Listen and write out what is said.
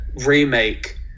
remake